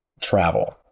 travel